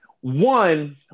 One